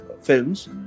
films